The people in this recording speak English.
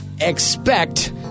Expect